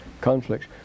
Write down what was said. conflicts